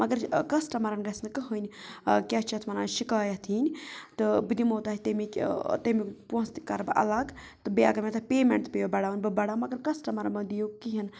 مگر کسٹمَرَن گژھِ نہٕ کٕہٕنۍ کیٛاہ چھِ اَتھ وَنان شکایت یِنۍ تہٕ بہٕ دِمو تۄہہِ تمِکۍ تمیُک پونٛسہٕ تہِ کَرٕ بہٕ الگ تہٕ بیٚیہِ اگر مےٚ تَتھ پیمٮ۪نٛٹ تہِ پیٚیو بَڑاوٕنۍ بہٕ بَڑاو مگر کَسٹمَرَن مہ دِیِو کِہیٖنۍ